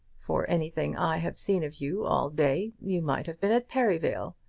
for anything i have seen of you all day you might have been at perivale.